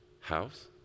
house